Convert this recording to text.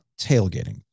tailgating